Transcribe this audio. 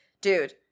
Dude